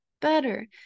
better